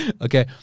Okay